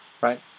right